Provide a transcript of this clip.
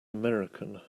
american